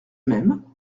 même